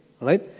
Right